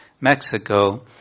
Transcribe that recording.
Mexico